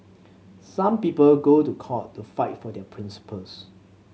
some people go to court to fight for their principles